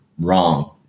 wrong